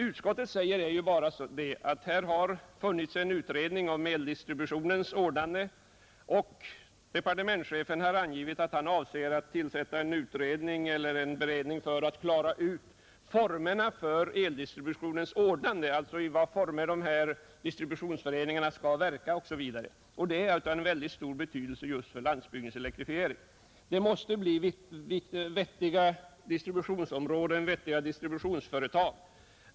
Utskottet säger att det har funnits en utredning om eldistributionens rationalisering och att departementschefen angivit att han avser att tillsätta en utredning för att klara ut formerna för eldistributionens ordnande. Det gäller alltså i vilka former distributionsföreningarna skall verka. Detta är av stor betydelse just för landsbygdens elektrifiering. Det måste bli vettiga distributionsområden och distributionsföretag.